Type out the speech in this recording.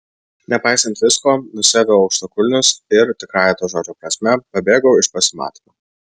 nepaisant visko nusiaviau aukštakulnius ir tikrąja to žodžio prasme pabėgau iš pasimatymo